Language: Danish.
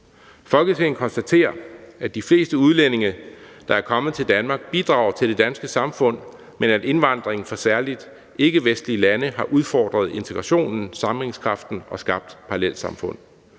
»Folketinget konstaterer, at de fleste udlændinge, der er kommet til Danmark, bidrager til det danske samfund, men at indvandringen fra særlig ikkevestlige lande har udfordret integrationen, sammenhængskraften og skabt parallelsamfund.